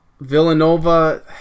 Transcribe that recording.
Villanova